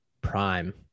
prime